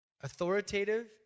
Authoritative